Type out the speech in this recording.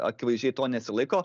akivaizdžiai to nesilaiko